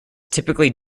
typically